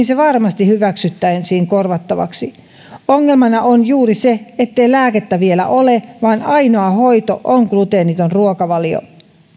se varmasti hyväksyttäisiin korvattavaksi ongelmana on juuri se ettei lääkettä vielä ole vaan ainoa hoito on gluteeniton ruokavalio